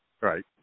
right